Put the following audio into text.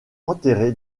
enterré